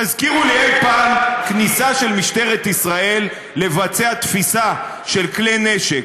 תזכירו לי אי-פעם כניסה של משטרת ישראל לבצע תפיסה של כלי נשק,